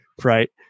right